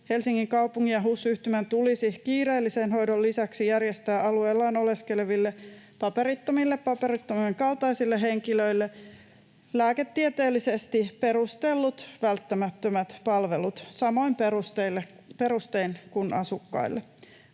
Helsingin kaupungin ja HUS-yhtymän, tulisi kiireellisen hoidon lisäksi järjestää alueellaan oleskeleville paperittomille ja paperittomien kaltaisille henkilöille lääketieteellisesti perustellut välttämättömät palvelut samoin perustein kuin asukkaille.